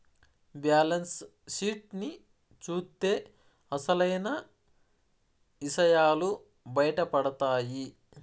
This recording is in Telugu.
బ్యాలెన్స్ షీట్ ని చూత్తే అసలైన ఇసయాలు బయటపడతాయి